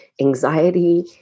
anxiety